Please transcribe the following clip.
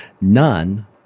None